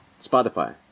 Spotify